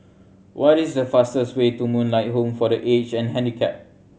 what is the fastest way to Moonlight Home for The Aged and Handicapped